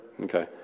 Okay